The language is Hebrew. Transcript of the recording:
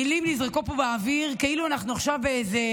מילים נזרקו פה באוויר כאילו אנחנו עכשיו באיזה